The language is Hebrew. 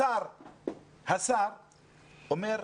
השר אומר,